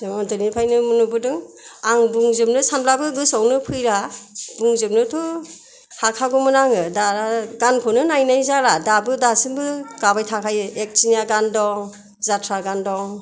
जोङो उन्दैनिफ्रायनो नुबोदों आं बुंजोबनो सानब्लाबो गोसोयावनो फैला बुंजोबनोथ' हाखागौमोन आङो दा गानखौनो नायनाय जाला दाबो दासिमबो गाबाय थाखायो एखथिनिया गान दं जाथ्रा गान दं